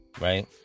Right